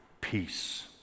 peace